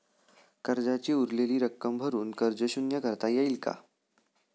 कर्जाची उरलेली रक्कम भरून कर्ज शून्य करता येईल का?